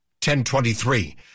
1023